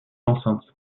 enceinte